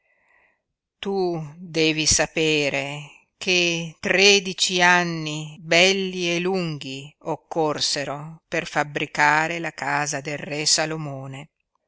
tu devi sapere che tredici anni belli e lunghi occorsero per fabbricare la casa del re salomone